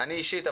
אני אישית,